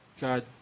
God